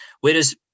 whereas